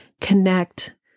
connect